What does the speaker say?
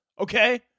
okay